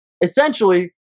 essentially